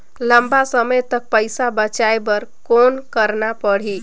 लंबा समय तक पइसा बचाये बर कौन करना पड़ही?